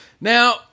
Now